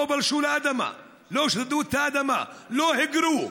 הם לא פלשו לאדמה, לא שדדו את האדמה, לא היגרו.